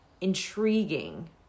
intriguing